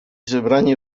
zebrani